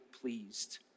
pleased